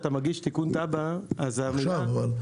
כשאתה מגיש תיקון תב"ע --- אבל עכשיו,